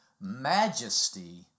majesty